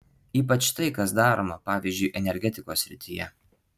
ypač tai kas daroma pavyzdžiui energetikos srityje